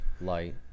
light